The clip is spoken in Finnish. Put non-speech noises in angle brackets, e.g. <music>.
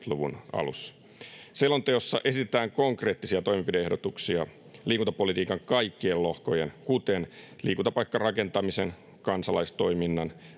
<unintelligible> luvun alussa selonteossa esitetään konkreettisia toimenpide ehdotuksia liikuntapolitiikan kaikkien lohkojen kuten liikuntapaikkarakentamisen kansalaistoiminnan